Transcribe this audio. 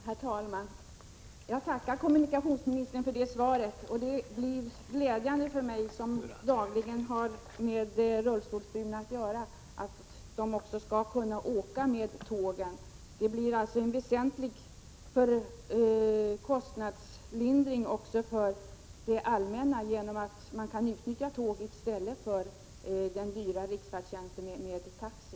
Herr talman! Jag tackar kommunikationsministern för det beskedet. Det är glädjande för mig, som dagligen har med rullstolsbundna att göra, att de skall kunna åka med tågen. Det innebär också en väsentlig kostnadsminskning för det allmänna att handikappade kan utnyttja tågen i stället för den dyra riksfärdtjänsten med taxi.